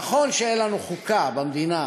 נכון שאין לנו חוקה במדינה,